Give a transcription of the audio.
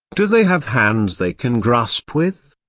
do they have hands they can grasp with?